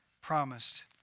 promised